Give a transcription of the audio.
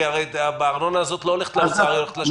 כי הרי הארנונה הזאת לא הולכת לשר אלא לרשויות המקומיות.